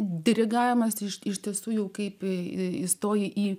dirigavimas iš tiesų jau kaip įstoji į